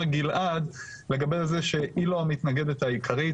גלעד לגבי זה שהיא לא המתנגדת העיקרית,